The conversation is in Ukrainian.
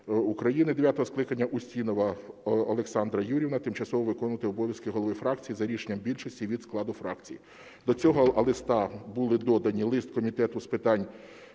України дев'ятого скликання Устінова Олександра Юріївна тимчасово виконуватиме обов'язки голови фракції за рішенням більшості від складу фракції. До цього листа були додані: лист Комітету з питань